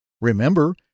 Remember